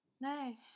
No